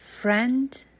friend